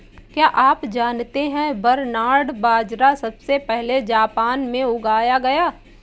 क्या आप जानते है बरनार्ड बाजरा सबसे पहले जापान में उगाया गया